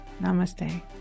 Namaste